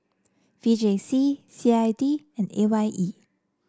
V J C C I D and A Y E